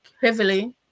heavily